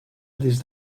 des